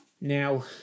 Now